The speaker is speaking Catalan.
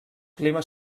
clima